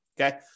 okay